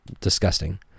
disgusting